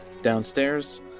Downstairs